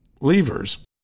levers